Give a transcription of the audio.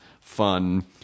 fun